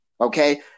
Okay